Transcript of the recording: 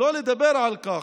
שלא לדבר על כך,